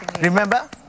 Remember